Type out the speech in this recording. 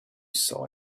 saw